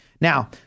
Now